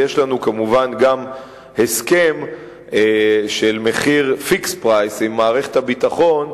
ויש לנו כמובן גם הסכם של מחיר fixed price עם מערכת הביטחון,